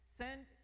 send